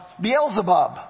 Beelzebub